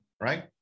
right